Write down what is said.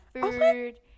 food